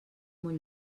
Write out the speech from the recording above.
molt